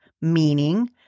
Meaning